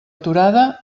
aturada